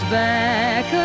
back